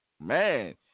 Man